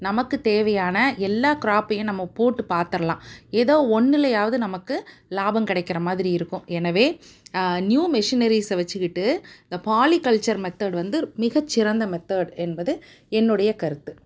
நமக்குத் தேவையான எல்லா கிராப்பையும் நம்ம போட்டு பாத்திர்லாம் ஏதோ ஒன்னுலையாவது நமக்கு லாபம் கிடைக்கிற மாதிரி இருக்கும் எனவே நியூ மெஷினரிஸை வெச்சுக்கிட்டு இந்த பாலிகல்ச்சர் மெத்தேட் வந்து மிகச் சிறந்த மெத்தேட் என்பது என்னுடைய கருத்து